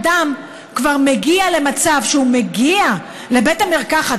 אדם כבר מגיע למצב שהוא מגיע לבית המרקחת,